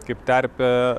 kaip terpė